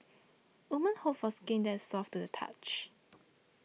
women hope for skin that is soft to the touch